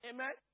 Amen